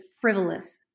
frivolous